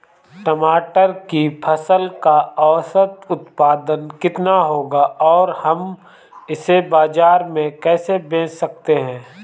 टमाटर की फसल का औसत उत्पादन कितना होगा और हम इसे बाजार में कैसे बेच सकते हैं?